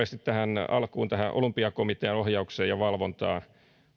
asioita ylös arhinmäki viittasi nopeasti alkuun olympiakomitean ohjaukseen ja valvontaan